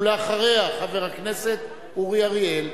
ולאחריה, חבר הכנסת אורי אריאל.